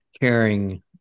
caring